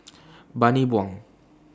Bani Buang